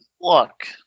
look